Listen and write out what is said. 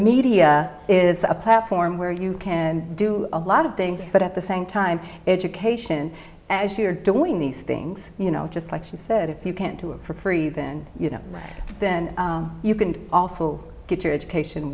media is a platform where you can do a lot of things but at the same time it's occasion as you're doing these things you know just like she said if you can't do it for free then you know then you can also get your education